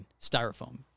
styrofoam